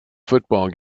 football